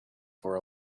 for